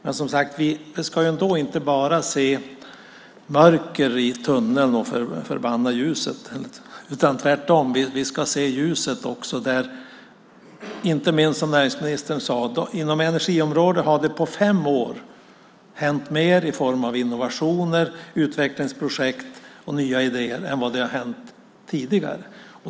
Vi ska inte bara se mörker i tunneln och förbanna ljuset. Tvärtom, vi ska se ljuset också, inte minst det som näringsministern sade. Inom energiområdet har det på fem år hänt mer i form av innovationer, utvecklingsprojekt och nya idéer än vad det har hänt tidigare.